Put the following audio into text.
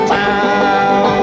town